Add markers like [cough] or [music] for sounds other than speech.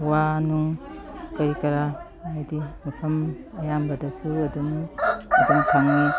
ꯋꯥꯅꯨꯡ ꯀꯔꯤ ꯀꯔꯥ ꯍꯥꯏꯗꯤ ꯃꯐꯝ ꯑꯌꯥꯝꯕꯗꯁꯨ ꯑꯗꯨꯝ [unintelligible]